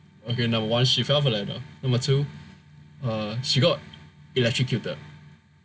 okay number one she fell from a ladder number two she uh she got electrocuted